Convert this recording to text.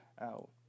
out